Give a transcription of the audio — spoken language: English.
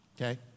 okay